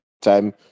time